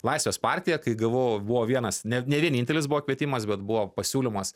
laisvės partija kai gavau buvo vienas ne ne vienintelis buvo kvietimas bet buvo pasiūlymas